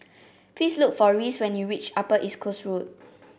please look for Reece when you reach Upper East Coast Road